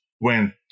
went